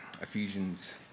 Ephesians